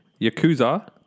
Yakuza